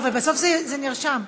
אבל בסוף זה נרשם.